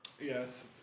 Yes